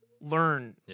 Learn